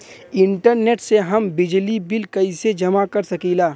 Internet से हम बिजली बिल कइसे जमा कर सकी ला?